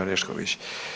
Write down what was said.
Orešković.